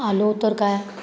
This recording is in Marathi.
आलो तर काय